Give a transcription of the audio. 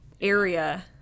area